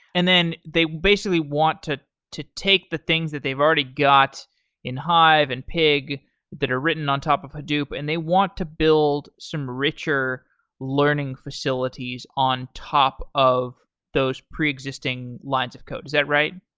and then they basically want to to take the things that they've already got in hive and pig that are written on top of hadoop, and they want to build some richer learning facilities on top of those pre-existing lines of code. is that right?